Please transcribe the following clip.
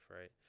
right